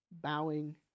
bowing